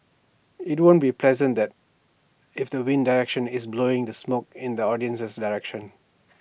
IT won't be pleasant that if the wind direction is blowing the smoke in the audience's direction